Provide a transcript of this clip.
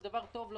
זה דבר טוב,